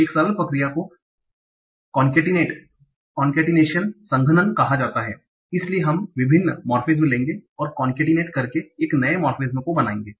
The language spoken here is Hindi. तो एक सरल प्रक्रिया को कोंकेटिनेशन concatenation संघनन कहा जाता है इसलिए हम विभिन्न morphemes लेंगे और concatenate करके एक नए morpheme को बनाएगे